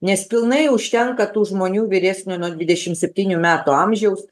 nes pilnai užtenka tų žmonių vyresnio nuo dvidešim septynių metų amžiaus